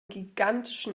gigantischen